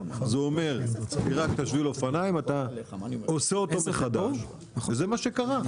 זה אומר פירקת שביל אופניים אתה עושה את זה מחדש וזה מה שקרה,